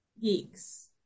geeks